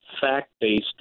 fact-based